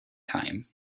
time